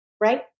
right